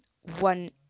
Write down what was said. one